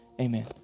amen